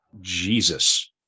jesus